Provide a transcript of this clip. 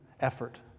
effort